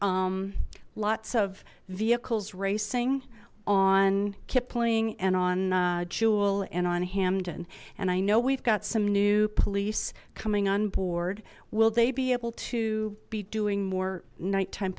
are lots of vehicles racing on kipling and on jewel and on hamden and i know we've got some new police coming on board will they be able to be doing more nighttime